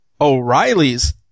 O'Reilly's